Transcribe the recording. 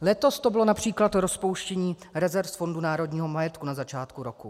Letos to bylo například rozpouštění rezerv z Fondu národního majetku na začátku roku.